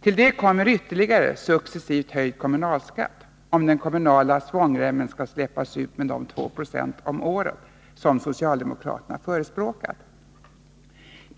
Till det kommer ytterligare successivt höjd kommunalskatt, om den kommunala svångremmen skall släppas ut med de 2 76 om året som socialdemokraterna förespråkar.